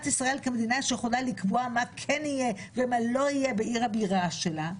ישראל כמדינה שיכולה לקבוע מה כן יהיה ומה לא יהיה בעיר הבירה שלה.